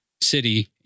city